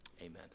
Amen